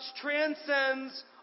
transcends